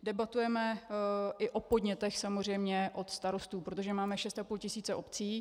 Debatujeme i o podnětech samozřejmě od starostů, protože máme šest a půl tisíce obcí.